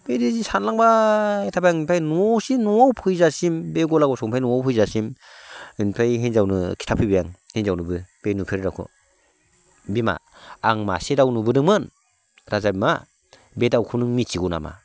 बेबायदि सानलानबाय थाबाय आं ओमफ्राय न'सिम न'आव फैजासिम बे गलागाव सखनिफ्राय न'सिम फैजासिम इनिफ्राय हिनजावनो खिथाफैबाय आं हिनजावनोबो बे नुफेरै दाउखौ बिमा आं मासे दाउ नुबोदोंमोन राजा बिमा बे दाउखौ नों मिथिगौ नामा